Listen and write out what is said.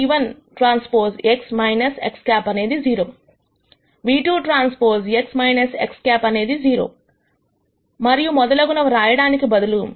v1ν₁TX X̂ అనేది 0 ν₂TX X̂ అనేది 0 మరియు మొదలగునవి రాయడానికి బదులు